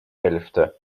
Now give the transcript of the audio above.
hälfte